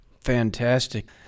Fantastic